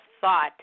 thought